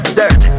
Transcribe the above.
dirt